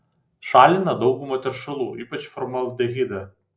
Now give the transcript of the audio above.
šalina daugumą teršalų ypač formaldehidą